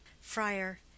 friar